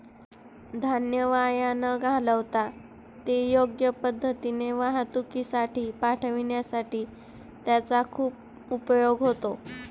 धान्य वाया न घालवता ते योग्य पद्धतीने वाहतुकीसाठी पाठविण्यासाठी त्याचा खूप उपयोग होतो